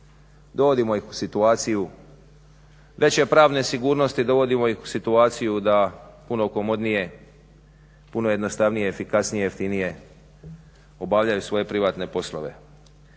dovodimo ih u situaciju veće pravne sigurnosti, dovodimo ih u situaciju da puno komodnije, puno jednostavnije, efikasnije, jeftinije obavljaju svoje privatne poslove.